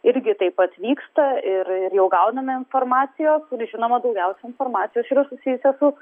irgi taip pat vyksta ir ir jau gauname informacijos ir žinoma daugiausiai informacijos susijusios su